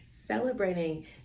celebrating